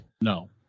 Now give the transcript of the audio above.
No